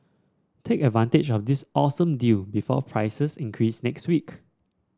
take advantage of this awesome deal before prices increase next week